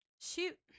Shoot